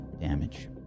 damage